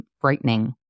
frightening